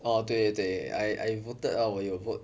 oh 对对对 I I voted ah 我有 vote